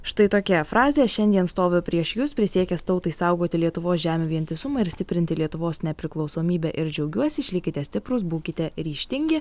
štai tokia frazė šiandien stoviu prieš jus prisiekęs tautai saugoti lietuvos žemių vientisumą ir stiprinti lietuvos nepriklausomybę ir džiaugiuosi išlikite stiprūs būkite ryžtingi